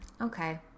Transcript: Okay